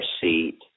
seat